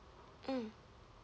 mm